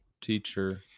teacher